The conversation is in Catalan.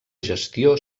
gestió